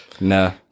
No